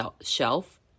shelf